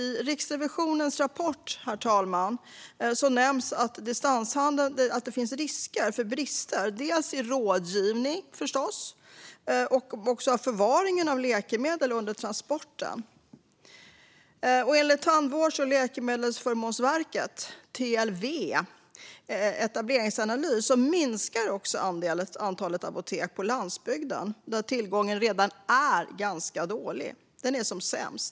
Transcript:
I Riksrevisionens rapport nämns, herr talman, att det i distanshandeln finns risker för brister, dels i fråga om rådgivningen förstås, dels i fråga om förvaringen av läkemedel under transporten. Enligt Tandvårds och läkemedelsförmånsverkets, TLV:s, etableringsanalys minskar också antalet apotek på landsbygden, där tillgången redan är ganska dålig, där den är som sämst.